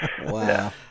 Wow